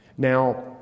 Now